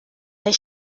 les